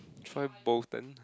try both then